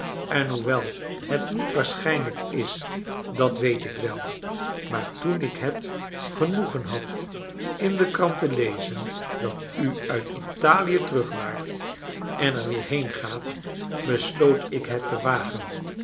en hoewel het niet waarschijnlijk is dat weet ik wel maar toen ik het genoegen had in de krant te lezen dat u uit italie terug waart en er weer heen gaat besloot ik het te wagen